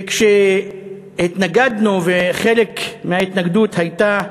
וכשהתנגדנו, וחלק מההתנגדות היה,